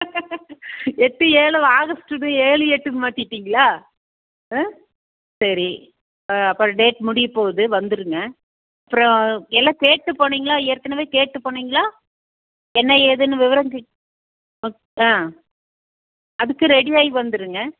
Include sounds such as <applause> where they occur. எட்டும் ஏழும் ஆகஸ்டுக்கு ஏழு எட்டுன்னு மாற்றிட்டீங்களா சேரி அப்புறம் டேட் முடியப் போகுது வந்துருங்க அப்புறம் எல்லாம் கேட்டு போனிங்களா ஏற்கனவே கேட்டு போனிங்களா என்ன ஏதுன்னு விவரம் கே <unintelligible> அதுக்கு ரெடியாகி வந்துருங்க